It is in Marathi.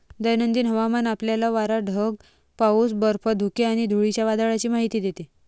दैनंदिन हवामान आपल्याला वारा, ढग, पाऊस, बर्फ, धुके आणि धुळीच्या वादळाची माहिती देते